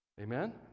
Amen